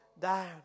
down